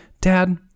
Dad